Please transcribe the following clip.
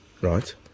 Right